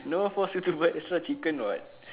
no one force you to buy extra chicken [what]